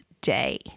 day